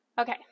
Okay